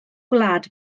gwlad